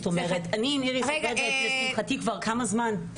זאת אומרת - אני עם איריס עובדת לשמחתי כבר כמה זמן,